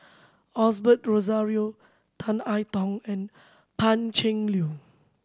Osbert Rozario Tan I Tong and Pan Cheng Lui